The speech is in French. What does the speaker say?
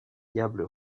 diable